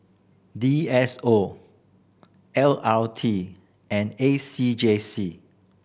D S O L R T and A C J C